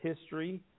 History